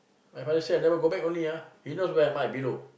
my father say I never go back only ah you know where am I below